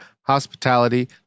hospitality